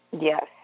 Yes